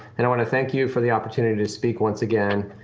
and i wanna thank you for the opportunity to speak once again,